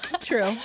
True